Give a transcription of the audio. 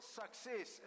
success